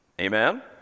Amen